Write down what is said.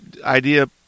idea